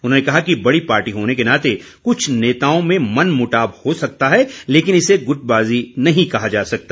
उन्होंने कहा कि बड़ी पार्टी होने के नाते कुछ नेताओं में मनमुटाव हो सकता है लेकिन इसे गुटबाज़ी नहीं कहा जा सकता